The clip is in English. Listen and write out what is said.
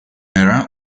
era